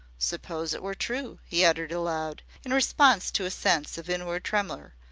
suppose it were true, he uttered aloud, in response to a sense of inward tremor,